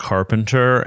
Carpenter